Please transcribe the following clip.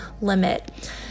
limit